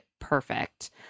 perfect